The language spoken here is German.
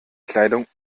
kleidung